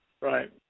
Right